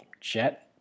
jet